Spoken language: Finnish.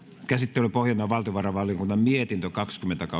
käsittelyn pohjana on valtiovarainvaliokunnan mietintö kaksikymmentä